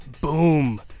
boom